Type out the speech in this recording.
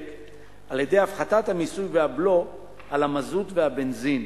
על-ידי הפחתת המיסוי והבלו על המזוט והבנזין,